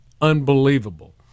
Unbelievable